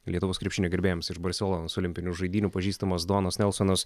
lietuvos krepšinio gerbėjams iš barselonos olimpinių žaidynių pažįstamas donas nelsonas